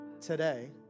today